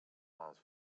les